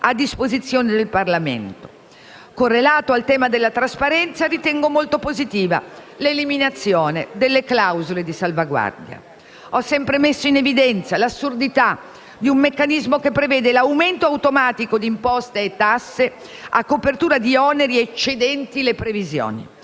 a disposizione del Parlamento. Correlato al tema della trasparenza è l'eliminazione delle clausole di salvaguardia, che ritengo molto positiva. Ho sempre messo in evidenza l'assurdità di un meccanismo che prevede l'aumento automatico di imposte e tasse a copertura di oneri eccedenti le previsioni,